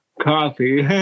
coffee